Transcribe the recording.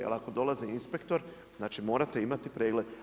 Jer ako dolazi inspektor, znači morate imati pregled.